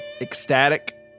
ecstatic